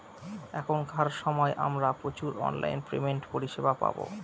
এখনকার সময় আমরা প্রচুর অনলাইন পেমেন্টের পরিষেবা পাবো